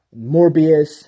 Morbius